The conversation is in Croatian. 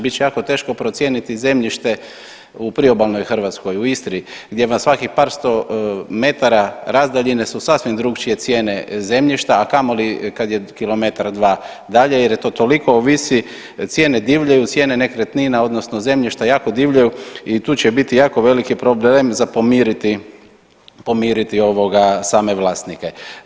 Bit će jako teško procijeniti zemljište u priobalnoj Hrvatskoj, u Istri gdje vam svakih par sto metara razdaljine su sasvim drukčije cijene zemljišta, a kamoli kad je kilometar, dva dalje jer to toliko ovisi cijene divljaju, cijene nekretnina odnosno zemljišta jako divljaju i tu će biti jako veliki problem za pomiriti same vlasnike.